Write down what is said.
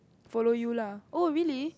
follow you lah oh really